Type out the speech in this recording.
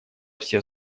все